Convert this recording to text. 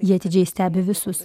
ji atidžiai stebi visus